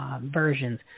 Versions